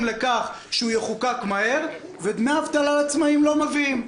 לכך שהוא יחוקק מהר ואילו את החוק על דמי אבטלה לעצמאים לא מביאים.